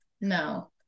No